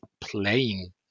playing